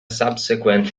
subsequent